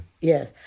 Yes